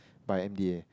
by M_D_A